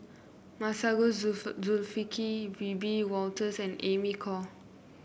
Masagos Zulkifli Wiebe Wolters and Amy Khor